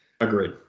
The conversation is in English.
Agreed